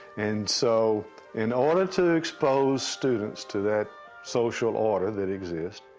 and so in order to expose students to that social order that exists,